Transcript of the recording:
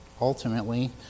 ultimately